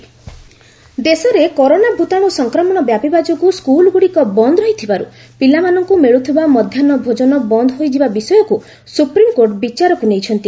SC mid day meal ଦେଶରେ corona ଭୂତାଣୁ ସଂକ୍ରମଣ ବ୍ୟାପିବା ଯୋଗୁଁ ସ୍କୁଲ୍ଗୁଡ଼ିକ ବନ୍ଦ୍ ରହିଥିବାରୁ ପିଲାମାନଙ୍କୁ ମିଳୁଥିବା ମଧ୍ୟାହୁ ଭୋଜନ ବନ୍ଦ୍ ହୋଇଯିବା ବିଷୟକୁ ସୁପ୍ରିମ୍କୋର୍ଟ ବିଚାରକୁ ନେଇଛନ୍ତି